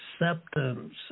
acceptance